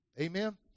amen